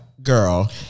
Girl